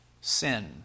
sin